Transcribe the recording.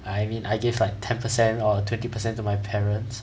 I mean I give like ten percent or twenty percent to my parents